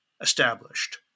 established